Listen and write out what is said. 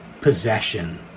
possession